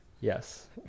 Yes